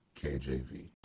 KJV